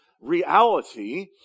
reality